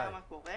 שנדע מה קורה.